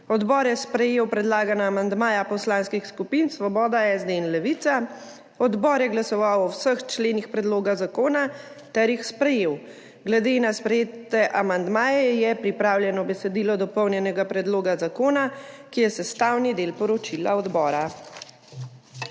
Odbor je sprejel predlagana amandmaja poslanskih skupin Svoboda, SD in Levica. Odbor je glasoval o vseh členih predloga zakona ter jih sprejel. Glede na sprejete amandmaje je pripravljeno besedilo dopolnjenega predloga zakona, ki je sestavni del poročila odbora.